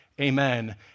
Amen